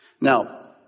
Now